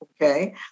okay